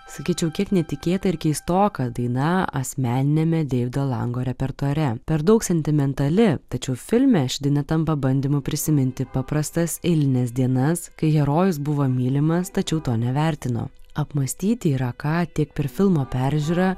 sakyčiau kiek netikėta ir keistoka daina asmeniniame deivido lango repertuare per daug sentimentali tačiau filme ši daina tampa bandymu prisiminti paprastas eilines dienas kai herojus buvo mylimas tačiau to nevertino apmąstyti yra ką tiek per filmo peržiūrą